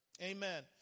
Amen